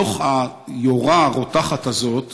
בתוך היורה הרותחת הזאת